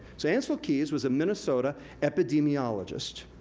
so, ancel keys was a minnesota epidemiologist,